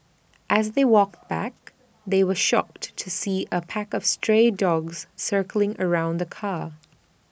as they walked back they were shocked to see A pack of stray dogs circling around the car